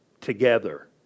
together